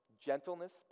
gentleness